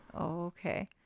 Okay